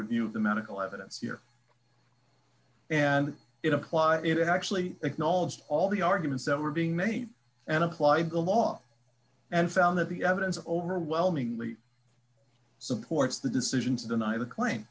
review of the medical evidence here and it applies it actually acknowledged all the arguments that were being made and applied the law and found that the evidence overwhelmingly supports the decision to deny the cla